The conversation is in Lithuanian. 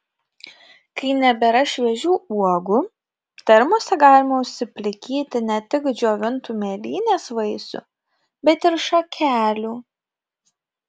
kai nebėra šviežių uogų termose galima užsiplikyti ne tik džiovintų mėlynės vaisių bet ir šakelių